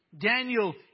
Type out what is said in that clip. Daniel